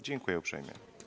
Dziękuję uprzejmie.